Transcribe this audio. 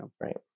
Right